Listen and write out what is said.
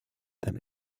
than